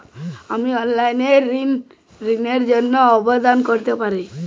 আমি কি অনলাইন এ ঋণ র জন্য আবেদন করতে পারি?